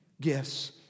gifts